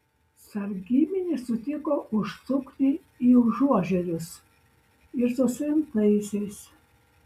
sargybiniai sutiko užsukti į užuožerius ir su suimtaisiais